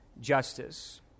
justice